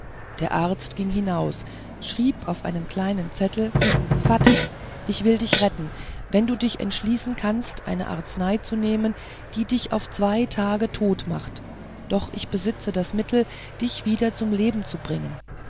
der arzt ging hinaus schrieb auf einen kleinen zettel fatme ich will dich retten wenn du dich entschließen kannst eine arznei zu nehmen die dich auf zwei tage tot macht doch ich besitze das mittel dich wieder zum leben zu bringen